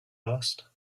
asked